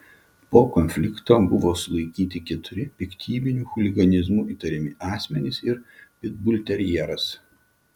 po konflikto buvo sulaikyti keturi piktybiniu chuliganizmu įtariami asmenys ir pitbulterjeras